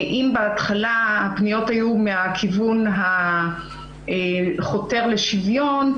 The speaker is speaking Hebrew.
אם בהתחלה הפניות היו מהכיוון החותר לשוויון,